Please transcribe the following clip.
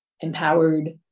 empowered